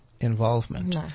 involvement